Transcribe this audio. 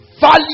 Value